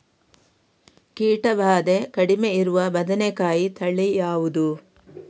ಕೀಟ ಭಾದೆ ಕಡಿಮೆ ಇರುವ ಬದನೆಕಾಯಿ ತಳಿ ಯಾವುದು?